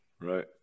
Right